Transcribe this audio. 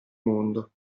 mondo